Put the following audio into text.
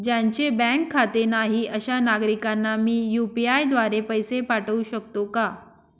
ज्यांचे बँकेत खाते नाही अशा नागरीकांना मी यू.पी.आय द्वारे पैसे पाठवू शकतो का?